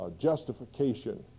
justification